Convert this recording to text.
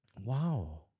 wow